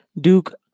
Duke